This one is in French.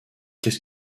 qu’est